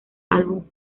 álbum